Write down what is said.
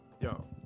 Yo